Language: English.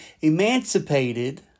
emancipated